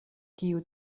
kiu